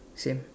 same